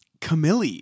Camille